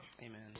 Amen